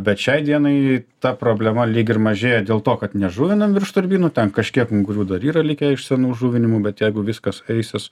bet šiai dienai ta problema lyg ir mažėja dėl to kad nežuvinam virš turbinų ten kažkiek ungurių dar yra likę iš senų žuvinimų bet jeigu viskas eisis